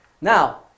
Now